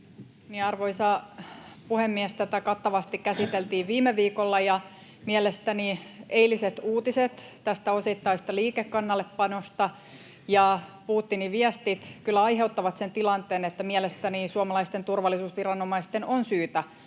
Arvoisa puhemies! Tätä kattavasti käsiteltiin viime viikolla, ja mielestäni eiliset uutiset tästä osittaisesta liikekannallepanosta ja Putinin viestit kyllä aiheuttavat sen tilanteen, että mielestäni suomalaisten turvallisuusviranomaisten on syytä